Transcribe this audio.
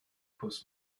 pws